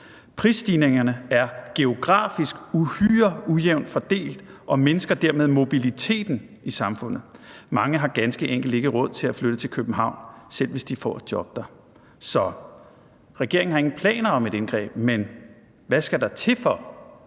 Prisstigningerne er geografisk uhyre ujævnt fordelt og mindsker dermed mobiliteten i samfundet. Mange har ganske enkelt ikke råd til at flytte til København, selv hvis de får et job der.« Så regeringen har ingen planer om et indgreb, men hvad skal der til, for